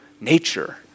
nature